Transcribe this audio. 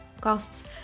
costs